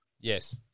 Yes